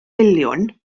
miliwn